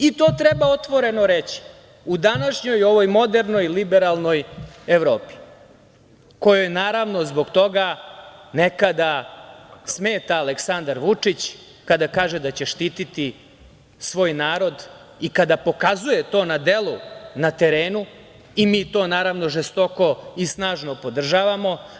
I to treba otvoreno reći u današnjoj ovoj modernoj, liberalnoj Evropi kojoj, naravno, zbog toga nekada smeta Aleksandar Vučić kada kaže da će štititi svoj narod i kada pokazuje to na delu, na terenu, i mi to, naravno, žestoko i snažno podržavamo.